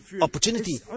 opportunity